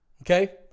Okay